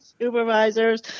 Supervisors